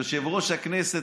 יושב-ראש הכנסת,